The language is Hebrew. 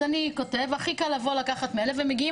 אז הכי קל לבוא ולקחת מאלה ומגיעים